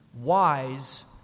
Wise